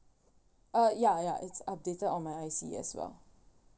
uh ya ya it's updated on my I_C as well